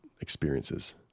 experiences